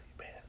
man